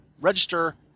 register